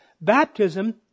Baptism